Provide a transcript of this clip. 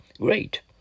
great